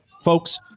folks